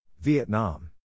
Vietnam